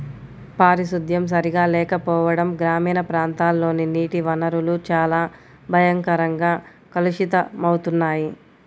పారిశుద్ధ్యం సరిగా లేకపోవడం గ్రామీణ ప్రాంతాల్లోని నీటి వనరులు చాలా భయంకరంగా కలుషితమవుతున్నాయి